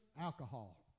Alcohol